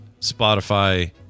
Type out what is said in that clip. Spotify